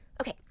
Okay